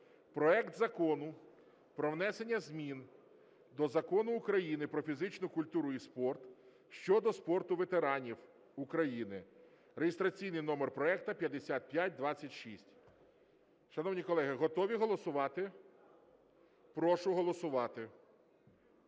проект Закону про внесення змін до Закону України "Про фізичну культуру і спорт" щодо спорту ветеранів України (реєстраційний номер проекту 5526). Шановні колеги, готові голосувати? Прошу голосувати.